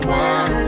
one